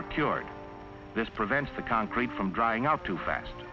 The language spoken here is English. or cured this prevents the concrete from drying out too fast